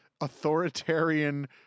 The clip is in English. authoritarian